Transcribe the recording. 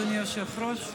אדוני היושב-ראש.